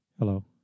Hello